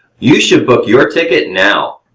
you should book your ticket now.